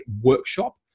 workshop